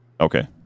Okay